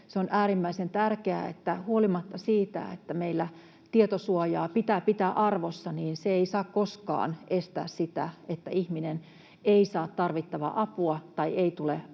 on äärimmäisen tärkeää, että huolimatta siitä, että meillä tietosuojaa pitää pitää arvossa, se ei saa koskaan estää sitä, että ihminen saa tarvittavan avun ja tulee